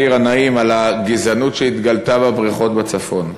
גנאים על הגזענות שהתגלתה בבריכות בצפון.